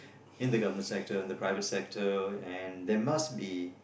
in the government sector in the private sector and there must be